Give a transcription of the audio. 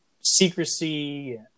secrecy